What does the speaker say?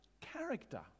character